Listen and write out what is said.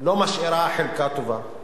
לא משאירה חלקה טובה.